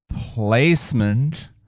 placement